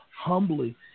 humbly